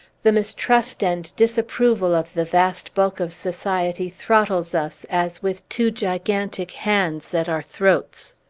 the mistrust and disapproval of the vast bulk of society throttles us, as with two gigantic hands at our throats!